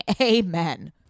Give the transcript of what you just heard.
Amen